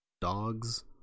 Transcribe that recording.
Dogs